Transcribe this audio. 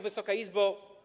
Wysoka Izbo!